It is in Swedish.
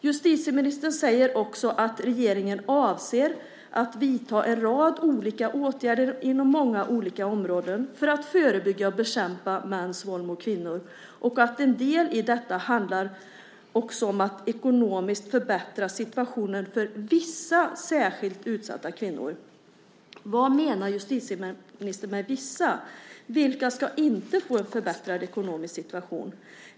Justitieministern säger också att regeringen avser att "vidta en rad olika åtgärder inom många olika områden för att förebygga och bekämpa mäns våld mot kvinnor. En del i detta handlar också om att ekonomiskt förbättra situationen för vissa särskilt utsatta kvinnor." Vad menar justitieministern med "vissa"? Vilka ska inte få en förbättrad ekonomisk situation?